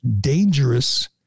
dangerous